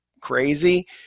crazy